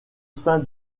sein